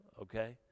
okay